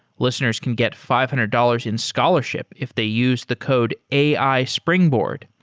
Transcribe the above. listeners can get five hundred dollars in scholarship if they use the code ai springboard.